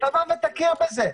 תבוא ותכיר בזה.